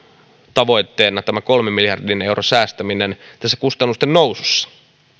tavoitteena enemmänkin tämä kolmen miljardin euron säästäminen tässä kustannusten nousussa